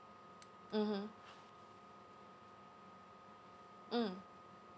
mmhmm mm